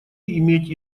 иметь